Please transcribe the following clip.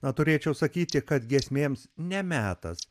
na turėčiau sakyti kad giesmėms ne metas